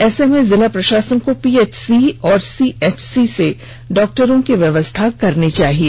ऐसे में जिला प्रशासन को पीएचसी और सीएचसी से डॉक्टरों की व्यवस्था करनी चाहिए